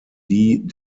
die